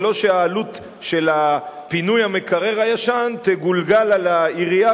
ולא שהעלות של פינוי המקרר הישן תגולגל על העירייה,